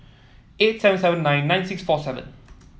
eight seven seven nine nine six four seven